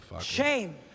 Shame